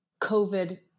COVID